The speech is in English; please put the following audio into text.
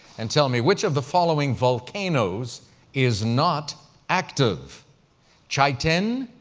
and tell me which of the following volcanoes is not active chaiten,